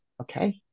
okay